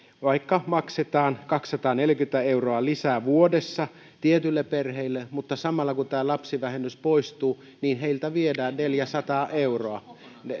vaikka maksetaan kaksisataaneljäkymmentä euroa lisää vuodessa tietyille perheille mutta samalla kun tämä lapsivähennys poistuu heiltä viedään neljäsataa euroa